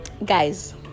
Guys